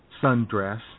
sundress